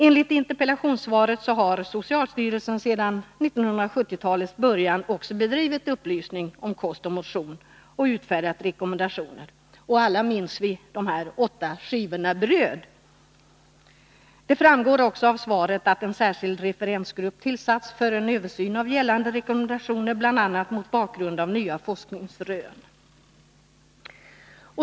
Enligt interpellationssvaret har socialstyrelsen sedan 1970-talets början också bedrivit upplysning om kost och motion samt utfärdat rekommendationer. Alla minns vi rekommendationen om de åtta skivorna bröd om dagen. Det framgår också av svaret att en särskild referensgrupp tillsatts för en översyn av gällande rekommendationer, bl.a. mot bakgrund av nya forskningsrön.